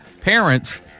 parents